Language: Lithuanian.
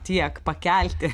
tiek pakelti